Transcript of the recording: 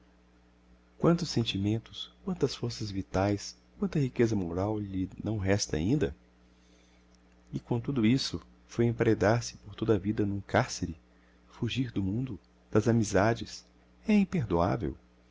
quantos sentimentos quantas forças vitaes quanta riqueza moral lhe não resta ainda e com tudo isso foi emparedar se por toda a vida num carcere fugir do mundo das amizades é imperdoavel